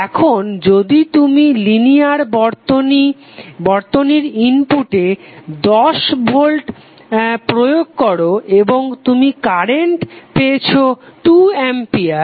এখন যদি তুমি লিনিয়ার বর্তনীর ইনপুটে 10 ভোল্ট প্রয়োগ করো এবং তুমি কারেন্ট পেয়েছো 2 অ্যাম্পিয়ার